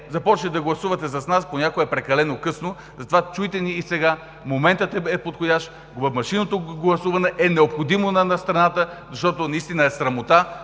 започнете да гласувате с нас, а понякога е прекалено късно, затова чуйте ни сега: моментът е подходящ, машинното гласуване е необходимо на страната. Наистина е срамота,